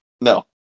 no